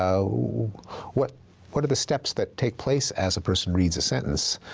so what what are the steps that take place as a person reads a sentence,